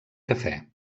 café